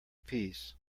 peas